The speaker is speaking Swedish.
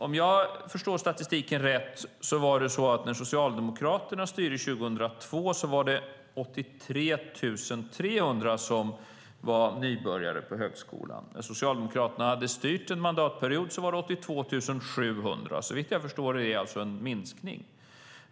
Om jag förstår statistiken rätt var det 83 300 som var nybörjare på högskolan när Socialdemokraterna styrde 2002. När Socialdemokraterna hade styrt en mandatperiod var det 82 700. Såvitt jag förstår är det en minskning.